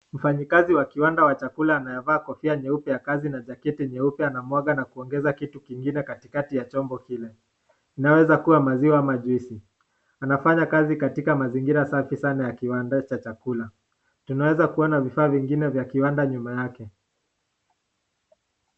Mfanyikazi wa kiwanda wa chakula anayevaa kofia nyeupe ya kazi na jaketi nyeupe anamwaga na kuongeza kitu kingine katikati ya chombo kile, inaweza kuwa maziwa ama juisi. Anafanya kazi katika mazingira safi sana ya kiwanda cha chakula ,tunaweza kuona vifaa vingine vya kiwanda nyuma yake.